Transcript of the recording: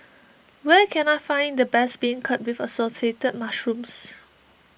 where can I find the best Beancurd with Assorted Mushrooms